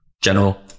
general